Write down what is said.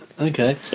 Okay